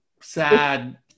sad